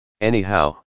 Anyhow